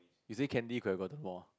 you see Candy could have gotten more